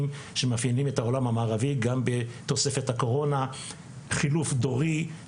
אפשר בהחלט לעשות גם